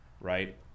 right